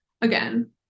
Again